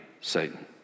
Satan